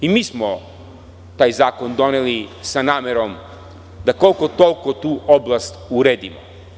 Mi smo taj zakon doneli sa namerom da koliko toliko tu oblast uredimo.